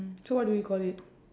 so what do we call it